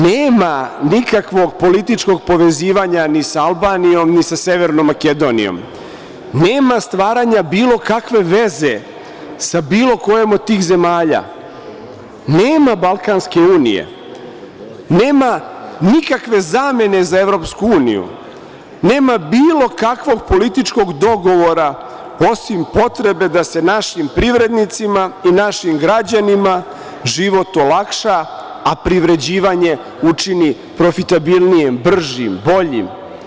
Nema nikakvog političkog povezivanja ni sa Albanijom, ni sa Severnom Makedonijom, nema stvaranja bilo kakve veze sa bilo kojom od tih zemalja, nema Balkanske unije, nema nikakve zamene za EU, nema bilo kakvog političkog dogovora, osim potrebe da se našim privrednicima i našim građanima život olakša, a privređivanje učini profitabilnijim, bržim, boljim.